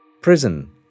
Prison